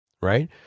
right